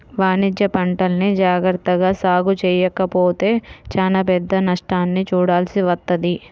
వాణిజ్యపంటల్ని జాగర్తగా సాగు చెయ్యకపోతే చానా పెద్ద నష్టాన్ని చూడాల్సి వత్తది